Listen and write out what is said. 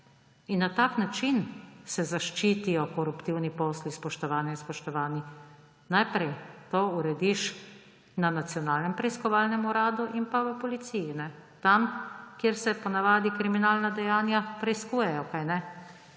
In na tak način se zaščitijo koruptivni posli, spoštovane in spoštovani. Najprej to urediš na Nacionalnem preiskovalnem uradu in pa v Policiji – tam, kjer se ponavadi kriminalna dejanja preiskujejo.